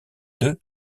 deux